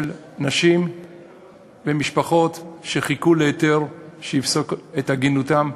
של נשים ומשפחות שחיכו להיתר שיפסוק את עגינותן,